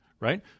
right